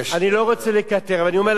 אני לא רוצה לקטר, אבל אני אומר לך.